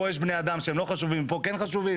פה יש בני אדם שהם לא חשובים ופה כן חשובים?